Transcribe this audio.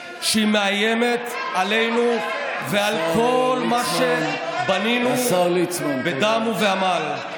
שהיא מאיימת עלינו ועל כל מה שבנינו בדם ובעמל.